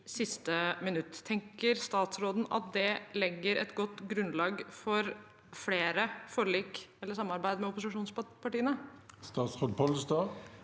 Tenker statsråden at det legger et godt grunnlag for flere forlik eller samarbeid med opposisjonspartiene? Statsråd Geir